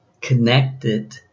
connected